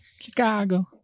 Chicago